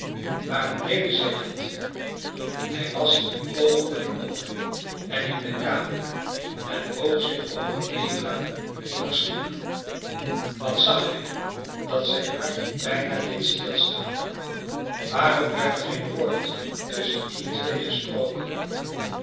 waarom deden zij dat hij was in een oogenblik op en in de kamer en boog zich over eva die nog sliep wat zag hij dat zijn hart bijna deed stilstaan waarom werd er geen woord tusschen die twee gesproken